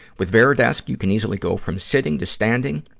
with varidesk, you can easily go from sitting to standing,